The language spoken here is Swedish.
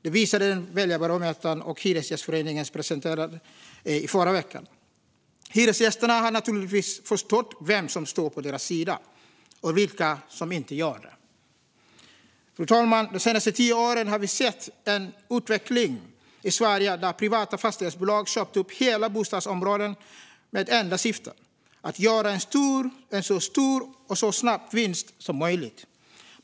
Det visade den väljarbarometer som Hyresgästföreningen presenterade i förra veckan. Hyresgästerna har naturligtvis förstått vem som står på deras sida - och vilka som inte gör det. Fru talman! De senaste tio åren har vi sett en utveckling i Sverige där privata fastighetsbolag köpt upp hela bostadsområden med ett enda syfte: att göra en så stor och så snabb vinst som möjligt.